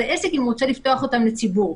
העסק אם הוא רוצה לפתוח אותם לציבור.